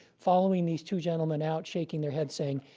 following these two gentlemen out, shaking their heads saying,